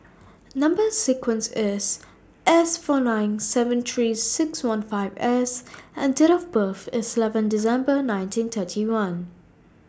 Number sequence IS S four nine seven three six one five S and Date of birth IS eleven December nineteen thirty one